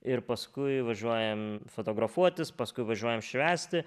ir paskui važiuojam fotografuotis paskui važiuojam švęsti